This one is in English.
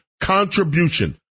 contribution